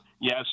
Yes